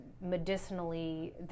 medicinally